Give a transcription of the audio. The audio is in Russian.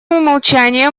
умолчание